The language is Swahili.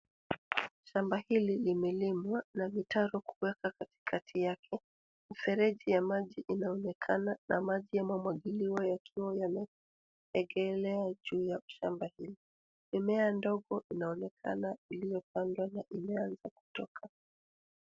Shamba hili limelimwa na mitaro kuwekwa katikati yake mifereji ya maji inaonekana na maji yamemwagiliwa yakiwa yameegelea juu ya shamba hili mimea ndogo inaonekana iliyopandwa na imeanza kutoka.